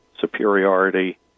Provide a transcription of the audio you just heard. superiority